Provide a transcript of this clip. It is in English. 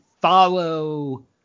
follow